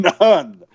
none